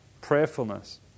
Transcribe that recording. Prayerfulness